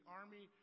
army